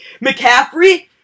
McCaffrey